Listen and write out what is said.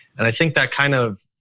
and i think that kind of,